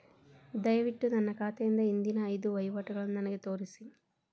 ದಯವಿಟ್ಟು ನನ್ನ ಖಾತೆಯಿಂದ ಹಿಂದಿನ ಐದು ವಹಿವಾಟುಗಳನ್ನು ನನಗೆ ತೋರಿಸಿ